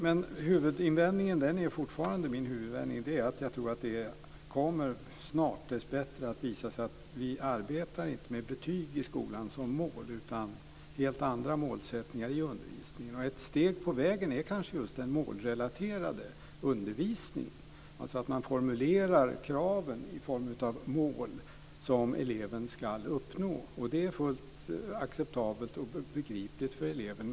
Min huvudinvändning är fortfarande att jag tror att det - dessbättre - snart kommer att visa sig att man inte arbetar med betyg i skolan som mål utan att man har helt andra målsättningar i undervisningen. Ett steg på vägen är kanske just den målrelaterade undervisningen, dvs. att man formulerar kraven i form av mål som eleven ska uppnå. Det är fullt acceptabelt och begripligt för eleven.